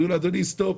אומרים לו, אדוני, סטופ.